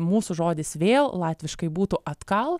mūsų žodis vėl latviškai būtų atgal